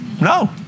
No